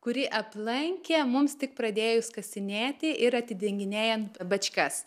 kurį aplankė mums tik pradėjus kasinėti ir atidenginėjant bačkas